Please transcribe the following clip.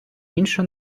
інша